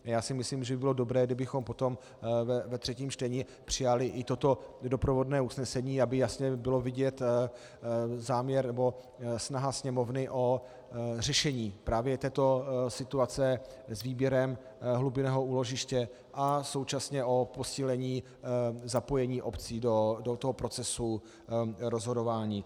A já myslím, že by bylo dobré, kdybychom potom ve třetím čtení přijali i toto doprovodné usnesení, aby jasně byla vidět snaha Sněmovny o řešení právě této situace s výběrem hlubinného úložiště a současně o posílení zapojení obcí do procesu rozhodování.